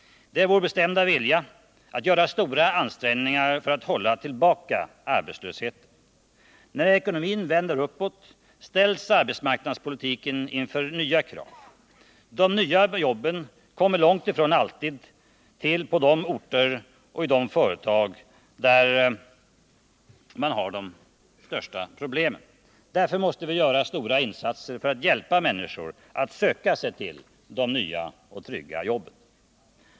Det är vår bestämda vilja att göra stora ansträngningar för att hålla tillbaka arbetslösheten. När ekonomin vänder uppåt ställs arbetsmarknadspolitiken inför nya krav. De nya jobben kommer långt ifrån alltid till på de orter och i de företag där man har de största problemen. Därför måste vi göra stora insatser för att hjälpa människor att söka sig till de nya och trygga jobben.